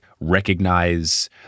recognize